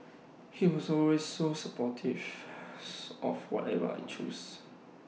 he was always so supportive of whatever I choose